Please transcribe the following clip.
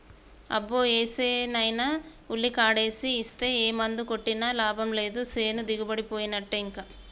అబ్బో ఏసేనైనా ఉల్లికాడేసి ఇస్తే ఏ మందు కొట్టినా లాభం లేదు సేను దిగుబడిపోయినట్టే ఇంకా